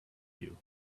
you